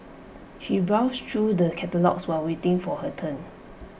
she browsed through the catalogues while waiting for her turn